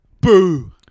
Boo